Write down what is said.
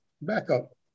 Backup